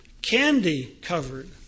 Candy-covered